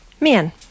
man